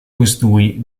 costui